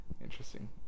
interesting